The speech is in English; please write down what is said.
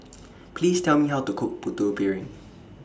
Please Tell Me How to Cook Putu Piring